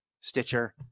Stitcher